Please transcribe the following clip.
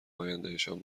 آیندهشان